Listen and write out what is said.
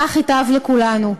כך ייטב לכולנו.